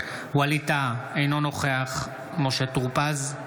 ווליד טאהא, אינו נוכח משה טור פז,